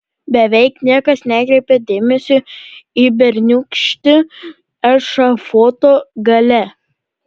beveik niekas nekreipė dėmesio į berniūkštį ešafoto gale